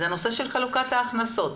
נושא של חלוקת ההכנסות.